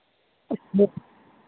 औ फिर